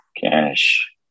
cash